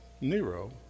Nero